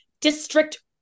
district